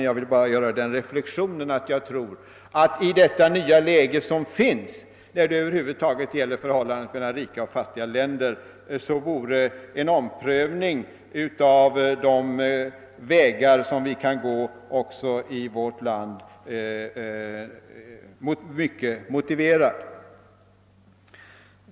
Jag vill endast göra den reflektionen att i det nya läget i fråga om förhållandet mellan rika och fattiga länder vore en omprövning av de vägar som vi skall gå också i vårt land mycket motiverad.